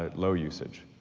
ah low usage.